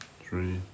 three